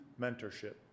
mentorship